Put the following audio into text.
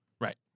Right